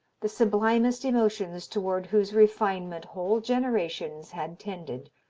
the sublimest emotions toward whose refinement whole generations had tended,